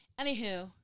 Anywho